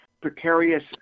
precarious